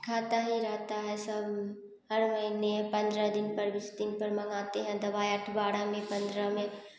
खाता ही रहता है सब हर महीने पंद्रह दिन बीस दिन पर मंगाते हैं दबाई दोबारा में पंद्रह में